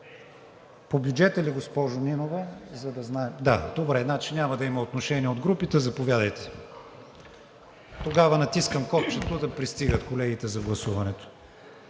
По бюджета ли, госпожо Нинова, за да знаем? Да, добре, значи няма да има отношение от групите. Заповядайте. Тогава натискам копчето да пристигат колегите за гласуването.